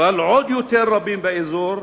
אבל עוד יותר רבים באזור,